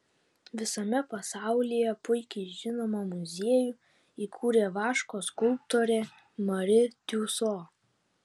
visame pasaulyje puikiai žinomą muziejų įkūrė vaško skulptorė mari tiuso